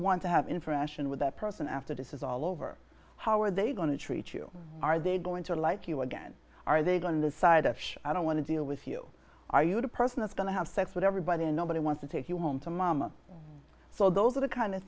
want to have information with that person after this is all over how are they going to treat you are they going to like you again are they going the side of i don't want to deal with you are you the person that's going to have sex with everybody and nobody wants to take you home to momma so those are the kind of